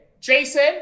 Jason